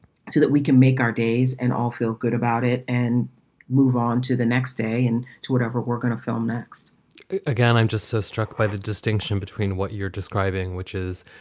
so that we can make our days and all feel good about it and move on to the next day and to whatever we're going to film next again, i'm just so struck by the distinction between what you're describing, which is